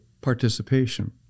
participation